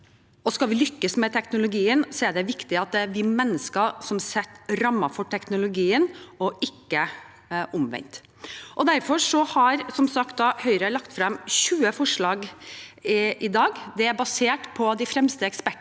Skal vi lykkes med teknologien, er det viktig at det er vi mennesker som setter rammer for teknologien, og ikke omvendt. Derfor har som sagt Høyre lagt frem 20 forslag i dag. Det er basert på de fremste ekspertene